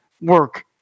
work